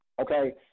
Okay